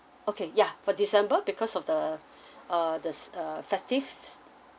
okay ya for december because of the uh the uh festives